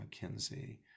McKinsey